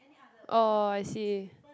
oh I see